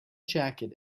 jacket